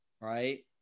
right